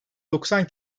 doksan